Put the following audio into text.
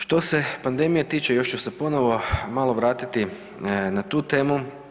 Što se pandemije tiče još ću se ponovo malo vratiti na tu temu.